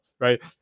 right